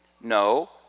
No